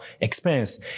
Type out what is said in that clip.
experience